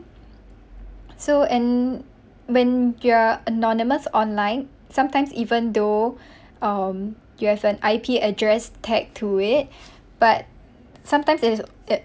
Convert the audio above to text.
so and when you are anonymous online sometimes even though um you have an I_P address tagged to it but sometimes it is